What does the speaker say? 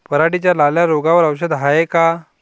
पराटीच्या लाल्या रोगावर औषध हाये का?